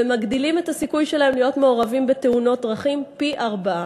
והם מגדילים את הסיכוי שלהם להיות מעורבים בתאונות דרכים פי-ארבעה.